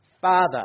Father